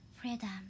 Freedom